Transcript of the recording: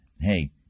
Hey